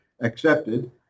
accepted